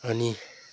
अनि